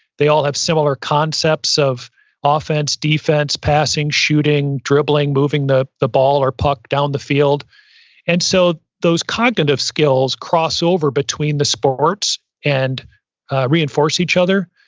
they all have similar concepts of offense, defense, passing, shooting, dribbling, moving the the ball or puck down the field and so those cognitive skills cross over between the sports and reinforce each other,